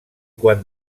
quan